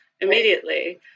immediately